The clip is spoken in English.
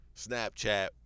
Snapchat